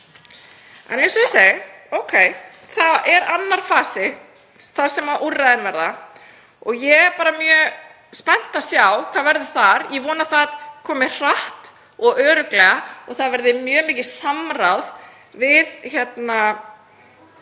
En ókei, það er annar fasi þar sem úrræðin verða og ég er mjög spennt að sjá hvað verður þar. Ég vona að það komi hratt og örugglega og það verði mjög mikið samráð við fagfólk,